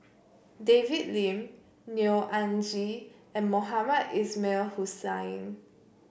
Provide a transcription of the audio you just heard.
David Lim Neo Anngee and Mohamed Ismail Hussain